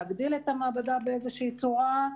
להגדיל את המעבדה באיזושהי צורה.